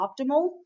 optimal